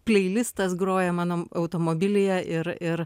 playlistas groja mano automobilyje ir ir